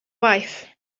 wife